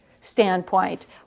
standpoint